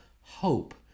hope